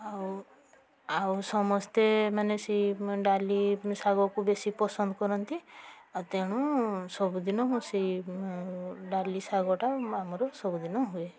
ଆଉ ଆଉ ସମସ୍ତେ ମାନେ ସେଇମାନେ ଡାଲି ଶାଗକୁ ବେଶି ପସନ୍ଦ କରନ୍ତି ତେଣୁ ସବୁଦିନ ମୁଁ ସେଇ ଡାଲି ଶାଗଟା ଆମର ସବୁଦିନ ହୁଏ